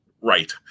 right